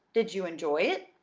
did you enjoy it?